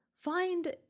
find